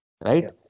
right